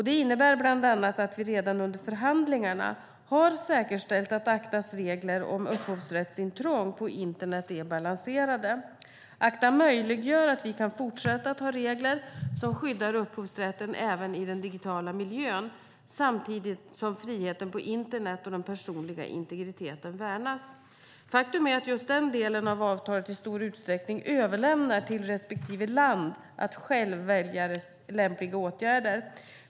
Det innebär bland annat att vi redan under förhandlingarna har säkerställt att ACTA:s regler om upphovsrättsintrång på internet är balanserade. ACTA möjliggör att vi kan fortsätta att ha regler som skyddar upphovsrätten även i den digitala miljön samtidigt som friheten på internet och den personliga integriteten värnas. Faktum är att just den delen av avtalet i stor utsträckning överlämnar till respektive land att själv välja lämpliga åtgärder.